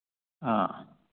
ꯑꯥ